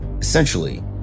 Essentially